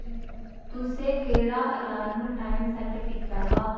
तुसें केह्ड़ा alarm time set कीता हा